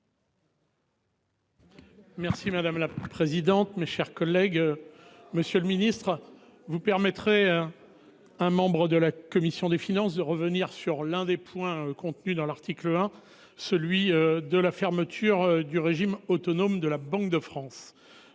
Merci madame la présidente, mes chers collègues. Monsieur le Ministre vous permettrez. Un membre de la commission des finances de revenir sur l'un des points contenus dans l'article 1, celui de la fermeture du régime autonome de la Banque de France.